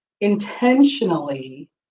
intentionally